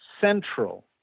central